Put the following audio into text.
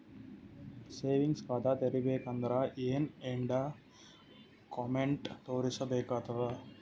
Savings ಖಾತಾ ತೇರಿಬೇಕಂದರ ಏನ್ ಏನ್ಡಾ ಕೊಮೆಂಟ ತೋರಿಸ ಬೇಕಾತದ?